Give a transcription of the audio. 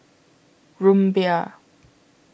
Rumbia